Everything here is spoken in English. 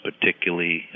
particularly